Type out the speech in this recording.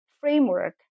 framework